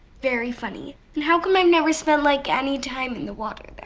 very funny. and how come i've never spent like any time in the water, then?